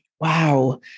Wow